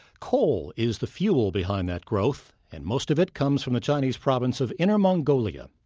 coal is the fuel behind that growth, and most of it comes from the chinese province of inner mongolia.